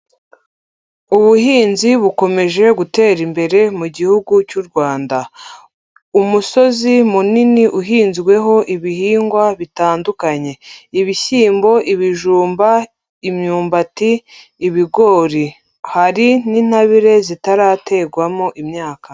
Ubuhinzi bukomeje gutera imbere mu gihugu cy'u Rwanda. Umusozi munini uhinzweho ibihingwa bitandukanye. Ibishyimbo, ibijumba, imyumbati, ibigori. Hari n'intabire zitarategwamo imyaka.